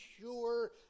sure